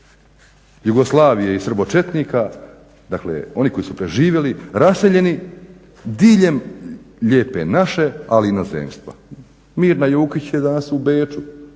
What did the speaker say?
Jugoslavije i srbočetnika, dakle oni koji su preživjeli, raseljeni diljem Lijepe naše, ali i inozemstva. Mirna Jukić je danas u Beču,